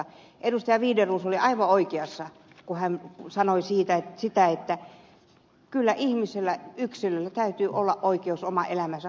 wideroos oli aivan oikeassa kun hän sanoi että kyllä ihmisellä yksilöllä täytyy olla oikeus omaan elämäänsä